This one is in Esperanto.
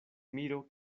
miro